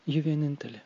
ji vienintelė